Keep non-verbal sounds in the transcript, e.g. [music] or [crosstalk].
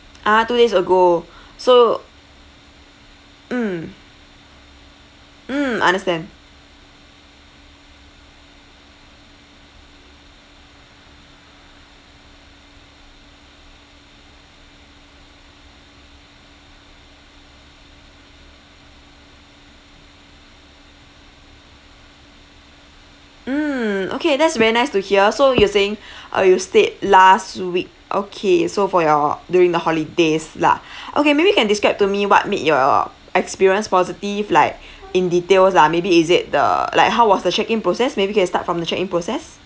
ah two days ago so mm mm understand mm okay that's very nice to hear so you're saying [breath] oh you stayed last week okay so for your during the holidays lah [breath] okay maybe can describe to me what made your experience positive like in details lah maybe is it the like how was the check in process maybe can start from the check in process